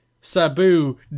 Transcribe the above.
Sabu